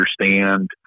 understand